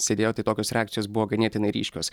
sėdėjo tai tokios reakcijos buvo ganėtinai ryškios